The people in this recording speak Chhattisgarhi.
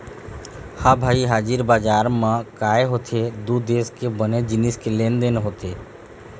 ह भई हाजिर बजार म काय होथे दू देश के बने जिनिस के लेन देन होथे